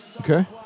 Okay